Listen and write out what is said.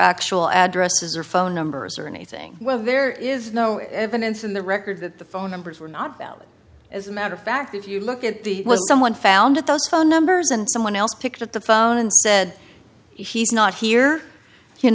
actual addresses or phone numbers or anything where very is no evidence in the records that the phone numbers were not valid as a matter of fact if you look at the was someone found at those phone numbers and someone else picked up the phone and said he's not here you